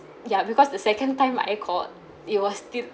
ya because the second time I called it was still